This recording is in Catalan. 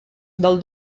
del